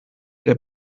der